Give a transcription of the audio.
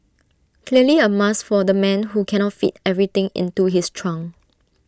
clearly A must for the man who cannot fit everything into his trunk